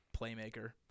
playmaker